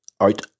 out